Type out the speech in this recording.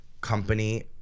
Company